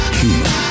human